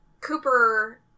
Cooper